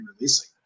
releasing